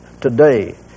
today